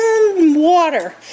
water